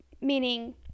Meaning